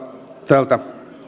tältä